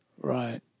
Right